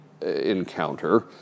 encounter